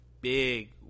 big